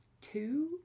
two